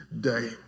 day